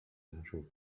natural